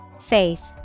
Faith